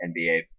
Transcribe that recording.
NBA